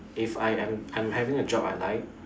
if I I'm I'm having a job I like